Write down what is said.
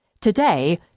Today